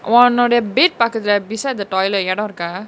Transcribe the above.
ஒன்னோட:onnoda bed பக்கத்துல:pakathula beside the toilet எடோ இருக்கா:edo irukaa